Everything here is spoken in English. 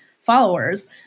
followers